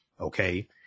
okay